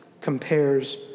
compares